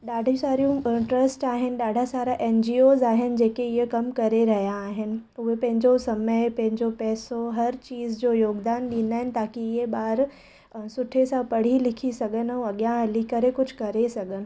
ॾाढी सारियूं ट्रस्ट आहिनि ॾाढा सारा एन जी ओज़ आहिनि जेके इहे कम करे रहिया आहिनि उहे पंहिंजो समय पंहिंजो पैसो हर चीज़ जो योगदान ॾींदा आहिनि ताकी इहे ॿार सुठे सां पढ़ी लिखी सघनि ऐं अॻियां हली करे कुझु करे सघनि